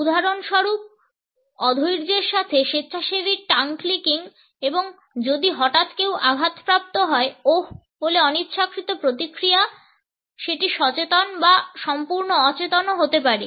উদাহরণস্বরূপ অধৈর্যের সাথে স্বেচ্ছাসেবী টাঙ্গ ক্লিকিং এবং যদি হঠাৎ কেউ আঘাতপ্রাপ্ত হয় ওহ বলে অনিচ্ছাকৃত প্রতিক্রিয়া সেটি সচেতন বা সম্পূর্ণ অচেতনও হতে পারে